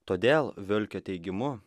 todėl violkio teigimu